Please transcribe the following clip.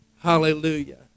Hallelujah